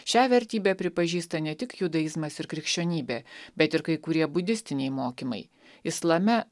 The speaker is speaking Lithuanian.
šią vertybę pripažįsta ne tik judaizmas ir krikščionybė bet ir kai kurie budistiniai mokymai islame